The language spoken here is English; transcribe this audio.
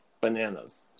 bananas